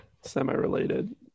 semi-related